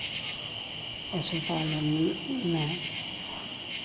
पशु पालन में